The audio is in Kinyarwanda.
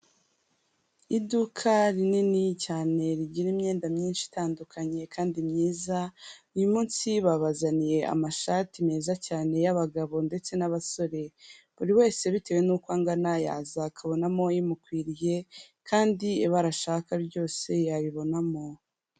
Iduka rinini cyane, rigira imyenda myinshi itandukanye kandi myiza, uyu munsi babazaniye amashati meza cyane y'abagabo ndetse n'abasore. Buri wese bitewe n'uko angana, yaza akabonamo imukwiriye, kandi ibara ashaka ryose yaribonamo.